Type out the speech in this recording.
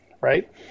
right